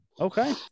Okay